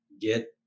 get